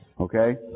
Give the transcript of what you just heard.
okay